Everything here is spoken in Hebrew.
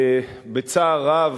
בצער רב,